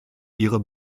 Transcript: ihre